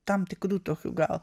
tam tikrų tokių gal